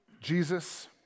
Jesus